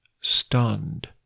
stunned